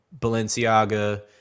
Balenciaga